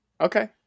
Okay